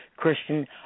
Christian